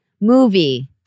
movie